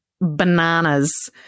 bananas